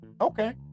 Okay